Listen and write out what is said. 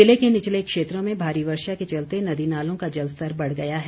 ज़िले के निचले क्षेत्रों में भारी वर्षा के चलते नदी नालों का जलस्तर बढ़ गया है